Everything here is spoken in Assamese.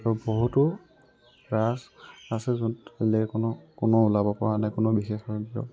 আৰু বহুতো ৰাজ আছে য'ত বেলেগে কোনো কোনো ওলাব পৰা নাই